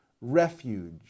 refuge